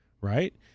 right